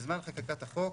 בזמן חקיקת החוק